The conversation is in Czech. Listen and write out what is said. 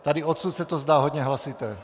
Tady odsud se to zdá hodně hlasité.